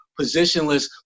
positionless